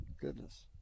Goodness